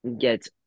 get